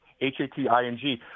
H-A-T-I-N-G